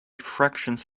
fractions